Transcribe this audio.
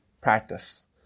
practice